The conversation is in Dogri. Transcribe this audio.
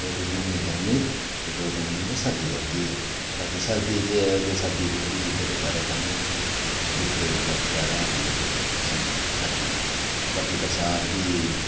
दो तिन्न म्हीनै गरमी दो तिन्न म्हीनै सर्दी रौंहदी ऐ ते बाकी सर्दियें च एह् ऐ कि सर्दियें च इत्थै थोह्ड़ी जैदा ठंड रौंह्दी ऐ दिक्कत जैदा औंदी ऐ थोह्ड़ी मौसम दी सर्दियें च बाकी बरसात बी